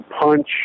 punch